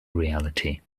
reality